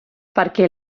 perquè